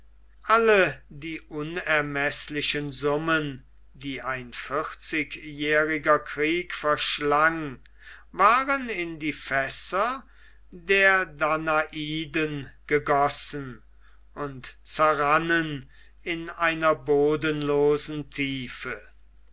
alle die unermeßlichen summen die ein vierzigjähriger krieg verschlang waren in die fässer der danaiden gegossen und zerrannen in einer bodenlosen tiefe